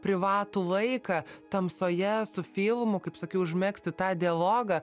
privatų laiką tamsoje su filmu kaip sakiau užmegzti tą dialogą